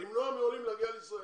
למנוע מעולים להגיע למדינת ישראל.